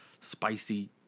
spicy